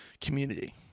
community